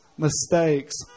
mistakes